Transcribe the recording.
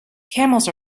camels